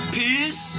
peace